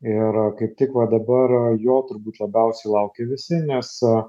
ir kaip tik va dabar jo turbūt labiausiai laukia visi nes